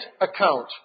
account